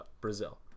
Brazil